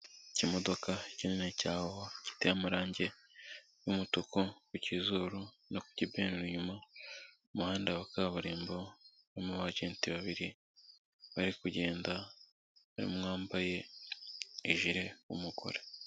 Ikimodoka kinini cya howo gifite amarangi y'umutuku kukizuru no ku kibeni inyuma umuhanda wa kaburimbo urimo abagenzi babiri bari kugenda umwe yambaye ijire w'umugore.